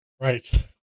Right